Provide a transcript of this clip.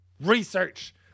research